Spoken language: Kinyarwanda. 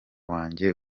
wanjye